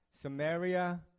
Samaria